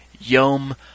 Yom